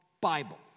Bible